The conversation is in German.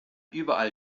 überall